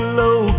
low